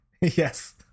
Yes